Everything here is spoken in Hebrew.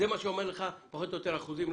פחות או יותר אחוזים,